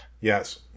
Yes